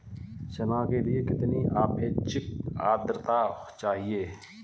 चना के लिए कितनी आपेक्षिक आद्रता चाहिए?